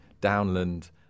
downland